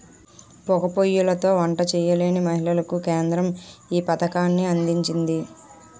పోగా పోయ్యిలతో వంట చేయలేని మహిళలకు కేంద్రం ఈ పథకాన్ని అందించింది